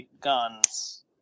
Guns